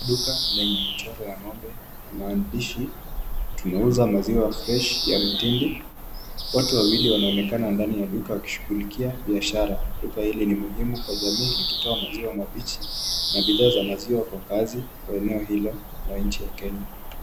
Duka lenye mchoro ya ng'ombe na maandishi tunauza maziwa freshi ya mtindi. Watu wawili wanaonekana ndani ya duka wakishugulikia biashara. Duka hili ni muhimu kwa jamii kwa kutoa maziwa mabichi na bidhaa za maziwa kwa wakazi wa eneo hilo la nchi ya Kenya.